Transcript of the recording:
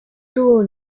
tuvo